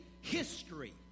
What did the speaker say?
history